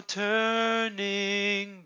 turning